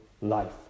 life